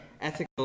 ethical